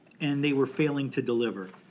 and they were failing to deliver.